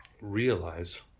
realize